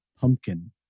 pumpkin